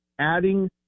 adding